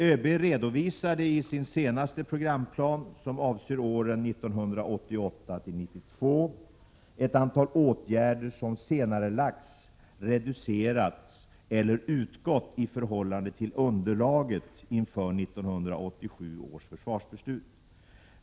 ÖB redovisade i sin senaste programplan, som avser åren 1988-1992, ett antal åtgärder som senarelagts, reducerats eller utgått i förhållande till underlaget inför 1987 års försvarsbeslut.